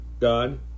god